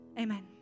Amen